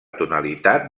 tonalitat